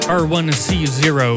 r1c0